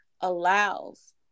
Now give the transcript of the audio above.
allows